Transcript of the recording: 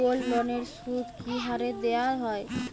গোল্ডলোনের সুদ কি হারে দেওয়া হয়?